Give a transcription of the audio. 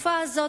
התקופה הזאת,